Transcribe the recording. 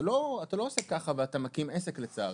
אתה לא מקים עסק במהירות כזאת לצערי,